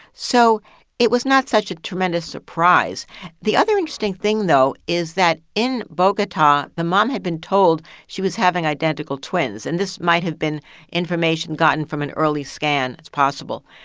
so it was not such a tremendous surprise the other interesting thing, though, is that in bogota, the mom had been told she was having identical twins, and this might have been information gotten from an early scan. it's possible.